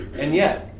and yet,